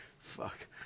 fuck